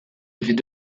avaient